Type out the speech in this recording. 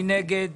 מי נגד?